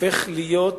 הופכת להיות